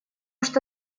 что